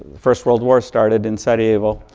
first world war started in sarajevo.